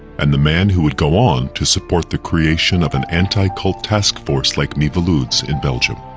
and the man who would go on to support the creation of an anti-cult task force like miviludes, in belgium.